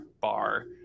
bar